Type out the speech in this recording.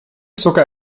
zucker